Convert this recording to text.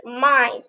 mind